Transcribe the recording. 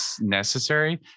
necessary